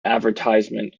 advertisement